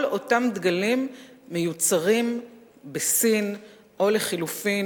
כל אותם דגלים מיוצרים בסין או לחלופין